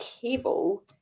Cable